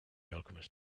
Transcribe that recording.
alchemist